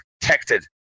protected